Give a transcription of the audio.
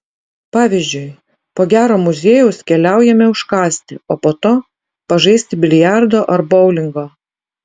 pavyzdžiui po gero muziejaus keliaujame užkąsti o po to pažaisti biliardo ar boulingo